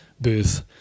booth